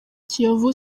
kiyovu